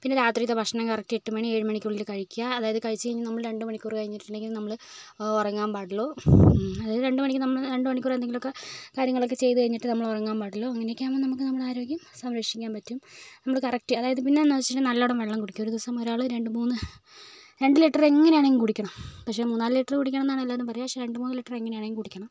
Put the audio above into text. പിന്നെ രാത്രിയിലത്തെ ഭക്ഷണം കറക്ട് എട്ട് മണി ഏഴ് മണിക്കുള്ളിൽ കഴിക്കുക അതായത് കഴിച്ചു കഴിഞ്ഞ് നമ്മൾ രണ്ട് മണിക്കൂർ കഴിഞ്ഞിട്ടുണ്ടെങ്കിൽ നമ്മൾ ഓ ഉറങ്ങാൻ പാടുള്ളു അതായത് രണ്ട് മണിക്ക് നമ്മൾ രണ്ട മണിക്കൂർ എന്തെങ്കിലൊക്കെ കാര്യങ്ങളൊക്കെ ചെയ്ത് കഴിഞ്ഞിട്ട് നമ്മൾ ഉറങ്ങാൻ പാടുള്ളു അങ്ങനെയൊക്കെ ആകുമ്പോൾ നമുക്ക് നമ്മുടെ ആരോഗ്യം സംരക്ഷിക്കാൻ പറ്റും നമ്മൾ കറക്ട് അതായത് പിന്നെയെന്ന് വെച്ചിട്ടുണ്ടെങ്കിൽ നല്ലവണ്ണം വെള്ളം കുടിക്കും ഒരു ദിവസം ഒരാൾ രണ്ട് മൂന്ന് രണ്ട് ലിറ്റർ എങ്ങനായാണെങ്കിലും കുടിക്കണം പക്ഷെ മൂന്നാല് ലിറ്റർ കുടിക്കണമെന്നാണ് എല്ലാവരും പറയുക പക്ഷെ രണ്ട് മൂന്ന് ലിറ്റർ എങ്ങനെയാണെങ്കിലും കുടിക്കണം